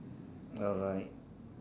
alright